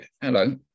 hello